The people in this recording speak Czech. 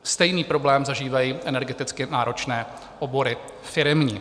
Stejný problém zažívají energeticky náročné obory firemní.